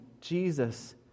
Jesus